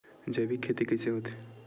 जैविक खेती कइसे होथे?